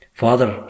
father